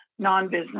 Non-business